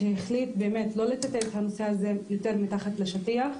שהחליט לא לטאטא את הנושא הזה יותר מתחת לשטיח,